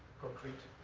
concrete,